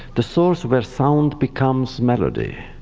the source where sound becomes melody,